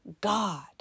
God